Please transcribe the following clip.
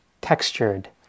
textured